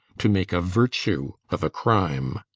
to make a virtue of a crime.